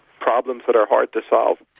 problems that are hard to solve.